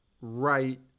Right